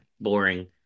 boring